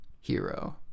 hero